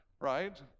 right